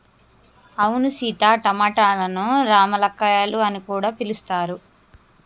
అవును సీత టమాటలను రామ్ములక్కాయాలు అని కూడా పిలుస్తారు